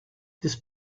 this